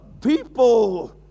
People